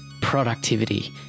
productivity